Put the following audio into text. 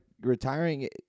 retiring